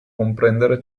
comprendere